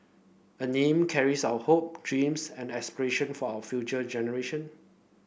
a name carries our hope dreams and aspiration for our future generation